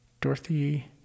Dorothy